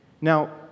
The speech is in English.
Now